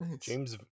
James